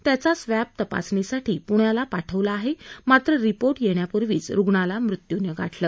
त्यांचा स्वॅब तपासणीसाठी पुण्याला पाठवला आहे मात्र रिपोर्ट येण्यापूर्वीच रुग्णाला मृत्यूने गाठलं